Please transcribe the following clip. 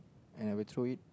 and I will throw it